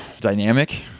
dynamic